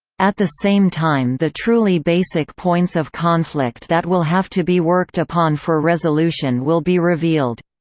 at the same time the truly basic points of conflict that will have to be worked upon for resolution will be revealed.